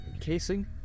casing